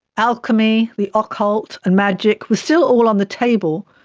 alchemy, the occult and magic was still all on the table,